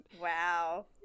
Wow